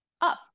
up